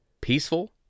Peaceful